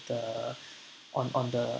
the on on the